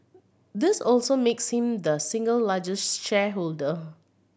this also makes him the single largest shareholder